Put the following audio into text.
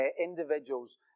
individuals